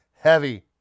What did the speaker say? heavy